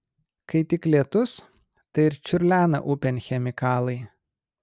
kai tik lietus tai ir čiurlena upėn chemikalai